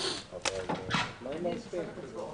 בעניין הזה יחידה.